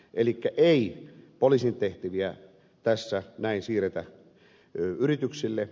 elikkä ei poliisin tehtäviä tässä näin siirretä yrityksille